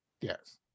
Yes